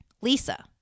Lisa